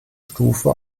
stufe